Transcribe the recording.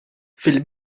fil